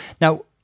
Now